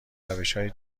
روشهای